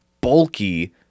bulky